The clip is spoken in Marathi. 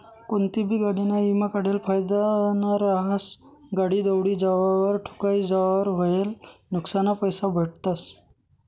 कोनतीबी गाडीना ईमा काढेल फायदाना रहास, गाडी दवडी जावावर, ठोकाई जावावर व्हयेल नुक्सानना पैसा भेटतस